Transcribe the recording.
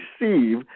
receive